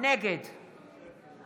נגד אני פה.